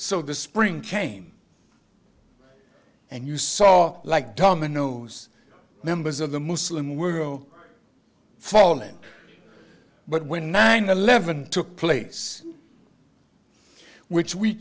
so the spring came and you saw like dominoes members of the muslim world falling but when nine eleven took place which we